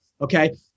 Okay